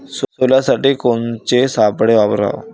सोल्यासाठी कोनचे सापळे वापराव?